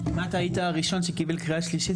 מניעת דחיקת בני המקום,